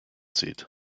sieht